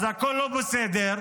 אז הכול לא בסדר.